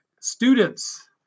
Students